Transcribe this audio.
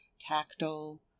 tactile